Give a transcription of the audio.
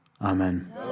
Amen